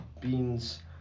Beans